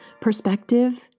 Perspective